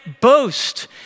boast